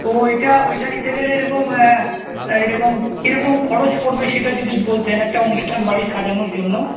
ও ওইটা ওইটা নিতে গেলে এরকম এরকম কীরকম খরচ পড়বে সেটা যদি বলতেন একটা অনুষ্ঠান বাড়ি সাজানোর জন্য